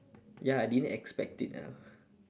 ya I didn't expect it ah